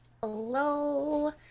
Hello